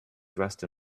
dressed